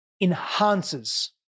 enhances